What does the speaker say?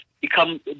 become